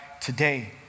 today